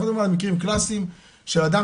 אנחנו מדברים על מקרים קלאסיים של אדם